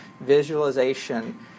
visualization